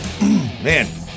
man